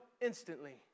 instantly